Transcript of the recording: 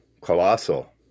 Colossal